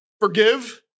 Forgive